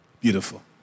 Beautiful